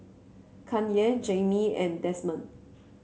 Kanye Jaimee and Desmond